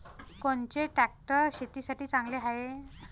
कोनचे ट्रॅक्टर शेतीसाठी चांगले हाये?